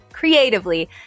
creatively